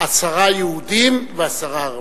עשרה יהודים ועשרה ערבים.